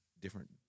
different